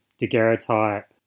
daguerreotype